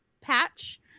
patch